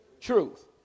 Truth